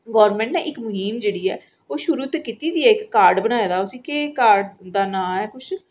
government नै इक मुहीम जेह्ड़ी ऐ ओह् शूरु ते कीती दा ऐ इक कार्ड़ बनाए दा उसी केह् कार्ड़ दा नांऽ ऐ कुछ